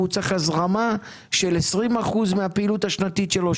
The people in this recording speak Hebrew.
והוא צריך הזרמה של 20% מהפעילות השנתית שלו,